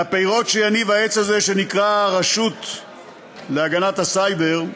מהפירות שיניב העץ הזה שנקרא הרשות להגנת הסייבר,